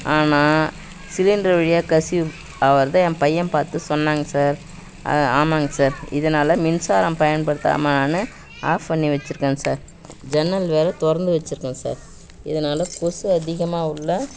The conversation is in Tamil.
ஆனால் சிலிண்டர் வழியாக கசிவு ஆகிறத என் பையன் பார்த்து சொன்னாங்க சார் ஆமாங்க சார் இதனால் மின்சாரம் பயன்படுத்தாமல் நான் ஆஃப் பண்ணி வெச்சுருக்கேன் சார் ஜன்னல் வேறு திறந்து வெச்சுருக்கேன் சார் இதனால் கொசு அதிகமாக உள்ளே